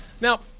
Now